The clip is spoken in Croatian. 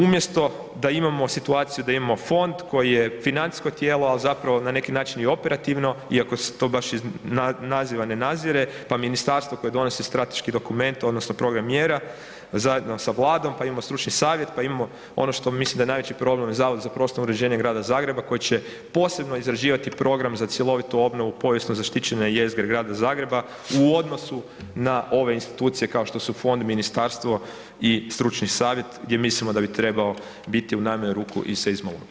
Umjesto da imamo situaciju da imamo fond, koji je financijsko tijelo, ali zapravo na neki način i operativno iako se to baš iz naziva ne nazire pa ministarstvo koje donosi strateški dokument odnosno program mjera zajedno sa Vladom, pa imamo stručni savjet, pa imamo ono što mislim da je najveći problem, Zavod za prostorno uređenje grada Zagreba koje će posebno izrađivati program za cjelovitu obnovu povijesno zaštićene jezgre grada Zagreba u odnosu na ove institucije, kao što su fond, ministarstvo i stručni savjet, gdje mislimo da bi trebao biti u najmanju ruku i seizmolog.